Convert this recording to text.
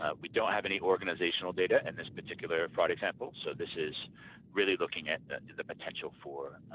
ah we don't have any organizational data in this particular fraud example, so this is really looking at the potential for